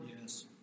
Yes